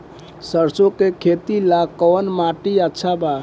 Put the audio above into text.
सरसों के खेती ला कवन माटी अच्छा बा?